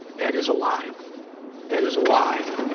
that is a lie. that is a lie